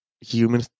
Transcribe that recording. human